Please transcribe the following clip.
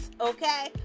Okay